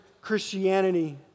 Christianity